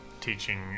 teaching